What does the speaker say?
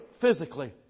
physically